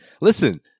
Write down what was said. Listen